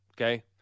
Okay